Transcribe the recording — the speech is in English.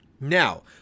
Now